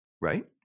right